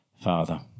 Father